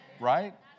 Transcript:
right